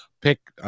pick